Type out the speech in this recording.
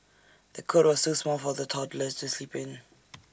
the cot was too small for the toddler to sleep in